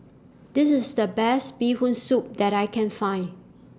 This IS The Best Bee Hoon Soup that I Can Find